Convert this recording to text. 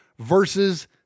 versus